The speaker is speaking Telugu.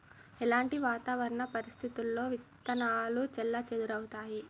ఎలాంటి వాతావరణ పరిస్థితుల్లో విత్తనాలు చెల్లాచెదరవుతయీ?